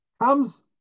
comes